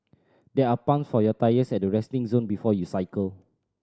there are pump for your tyres at the resting zone before you cycle